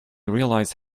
realize